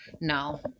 No